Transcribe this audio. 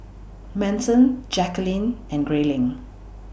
Manson Jacquelin and Grayling